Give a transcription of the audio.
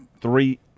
three